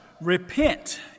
repent